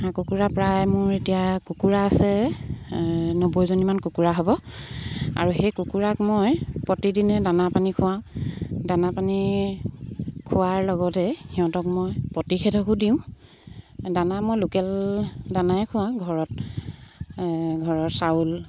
হাঁহ কুকুৰা প্ৰায় মোৰ এতিয়া কুকুৰা আছে নব্বৈজনীমান কুকুৰা হ'ব আৰু সেই কুকুৰাক মই প্ৰতিদিনে দানা পানী খোৱাওঁ দানা পানী খোৱাৰ লগতে সিহঁতক মই প্ৰতিষেধকো দিওঁ দানা মই লোকেল দানাই খোৱাওঁ ঘৰত ঘৰৰ চাউল